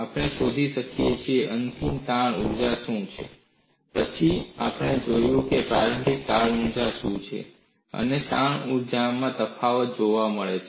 આપણે શોધી કાીએ છીએ કે અંતિમ તાણ ઊર્જા શું છે પછી આપણે જોઈએ છીએ કે પ્રારંભિક તાણ ઊર્જા શું છે અને તાણ ઊર્જામાં તફાવત જોવા મળે છે